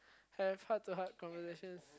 have heart to heart conversations